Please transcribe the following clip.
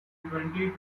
twenty